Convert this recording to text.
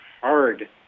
hard